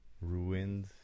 ruined